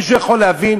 מישהו יכול להבין?